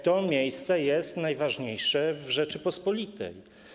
To miejsce jest najważniejsze w Rzeczypospolitej.